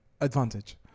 advantage